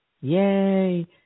Yay